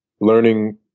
learning